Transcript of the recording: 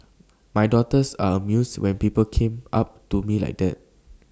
my daughters are amused when people come up to me like that